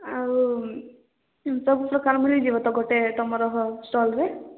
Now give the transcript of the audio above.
ଆଉ ସବୁ ପ୍ରକାର ମିଳିଯିବ ତ ଗୋଟେ ତମର ଷ୍ଟଲ୍ରେ